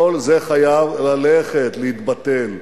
כל זה חייב ללכת, להתבטל.